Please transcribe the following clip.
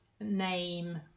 name